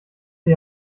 sie